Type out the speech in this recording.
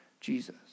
Jesus